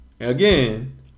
again